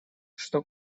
что